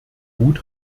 mut